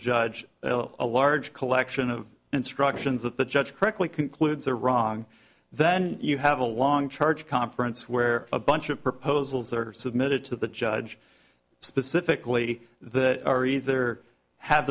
judge a large collection of instructions that the judge correctly concludes are wrong then you have a long charge conference where a bunch of proposals are submitted to the judge specifically that are either have